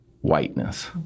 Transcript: whiteness